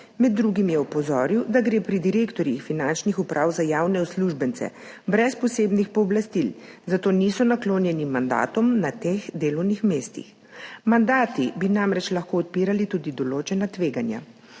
Med drugim je opozoril, da gre pri direktorjih finančnih uprav za javne uslužbence brez posebnih pooblastil, zato niso naklonjeni mandatom na teh delovnih mestih. Mandati bi namreč lahko odpirali tudi določena tveganja.